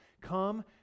come